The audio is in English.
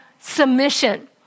submission